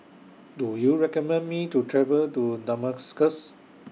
Do YOU recommend Me to travel to Damascus